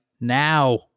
now